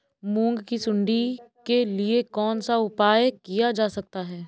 मूंग की सुंडी के लिए कौन सा उपाय किया जा सकता है?